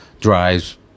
Drives